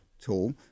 tool